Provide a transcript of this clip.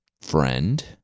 friend